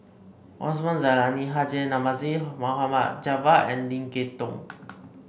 Osman Zailani Haji Namazie Mohd Javad and Lim Kay Tong